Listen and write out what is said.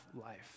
life